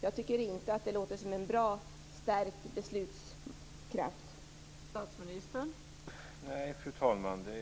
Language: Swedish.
Jag tycker inte att det låter som en bra stärkt beslutskraft.